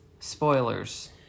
Spoilers